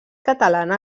catalana